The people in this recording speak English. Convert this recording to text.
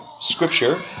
scripture